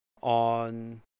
on